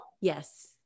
yes